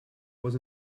was